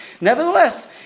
Nevertheless